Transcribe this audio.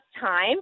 time